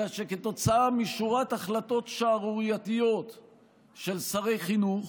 אלא שכתוצאה משורת החלטות שערורייתיות של שרי חינוך